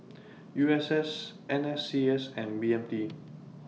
U S S N S C S and B M T